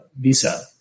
visa